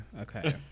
Okay